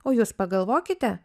o jūs pagalvokite